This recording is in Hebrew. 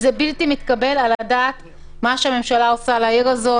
זה בלתי מתקבל על הדעת מה שהממשלה עושה לעיר הזאת.